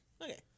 Okay